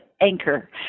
anchor